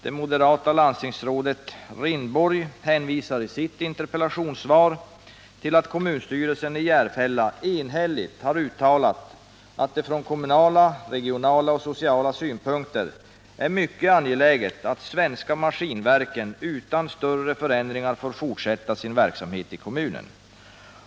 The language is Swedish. Det moderata landstingsrådet Rindborg hänvisar i sitt interpellationssvar till att kommunstyrelsen i Järfälla enhälligt har uttalat att det från kommunala, regionala och sociala synpunkter är mycket angeläget att Svenska Maskinverken utan större förändringar får fortsätta sin verksamhet i kommunen.